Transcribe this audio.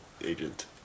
agent